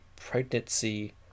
pregnancy